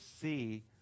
see